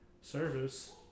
service